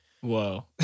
Whoa